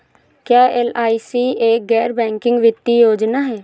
क्या एल.आई.सी एक गैर बैंकिंग वित्तीय योजना है?